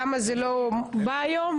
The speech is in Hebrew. למה הוא לא בא היום?